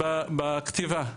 שונות בכתיבה,